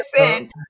Listen